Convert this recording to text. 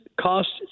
costs